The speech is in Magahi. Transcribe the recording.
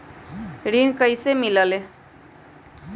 ऋण कईसे मिलल ले?